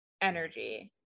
energy